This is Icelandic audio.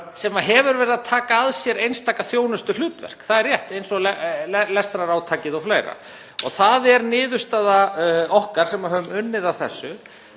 í.)sem hefur verið að taka að sér einstaka þjónustuhlutverk, það er rétt, eins og lestrarátakið og fleira. Það er niðurstaða okkar sem höfum unnið að þessu,